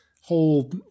whole